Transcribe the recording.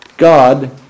God